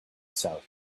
south